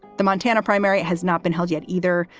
the montana primary has not been held yet either.